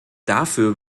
dafür